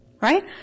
Right